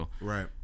Right